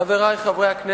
חברי חברי הכנסת,